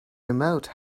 remote